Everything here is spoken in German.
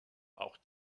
auch